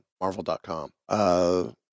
marvel.com